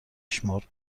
شمرد